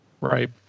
right